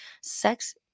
sex